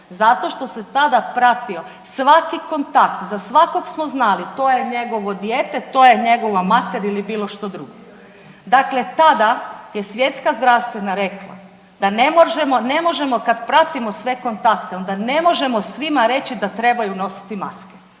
Zato što se tada pratio svaki kontakt. Za svakog smo znali to je njegovo dijete, to je njegova mater ili bilo što drugo. Dakle, tada je Svjetska zdravstvena rekla da ne možemo kad pratimo sve kontakte, onda ne možemo svima reći da trebaju nositi maske.